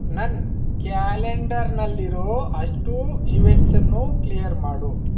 ನನ್ನ ಕ್ಯಾಲೆಂಡರ್ನಲ್ಲಿರೋ ಅಷ್ಟೂ ಈವೆಂಟ್ಸನ್ನೂ ಕ್ಲಿಯರ್ ಮಾಡು